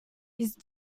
jest